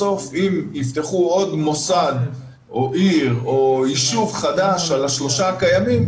בסוף אם יפתחו עוד מוסד או עיר או יישוב חדש על השלושה הקיימים,